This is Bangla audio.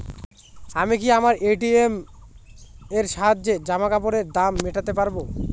আমি কি আমার এ.টি.এম এর সাহায্যে জামাকাপরের দাম মেটাতে পারব?